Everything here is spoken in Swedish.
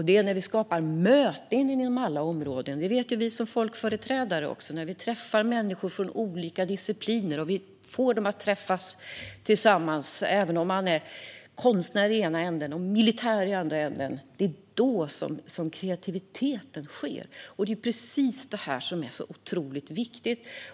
Det sker när vi skapar möten inom alla områden. Det vet också vi som folkföreträdare. Det är när vi själva träffar människor från olika discipliner och när vi får dem att träffas, även om det är en konstnär i ena änden och en militär i den andra, som kreativiteten sker. Det är otroligt viktigt.